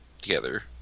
together